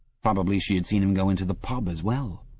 probably she had seen him go into the pub as well.